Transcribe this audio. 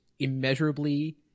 immeasurably